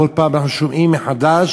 כל פעם אנחנו שומעים מחדש